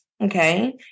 Okay